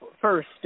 first